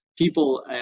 People